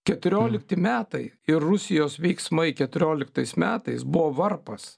keturiolikti metai ir rusijos veiksmai keturioliktais metais buvo varpas